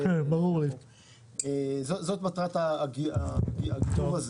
וזו המטרה של התיקון.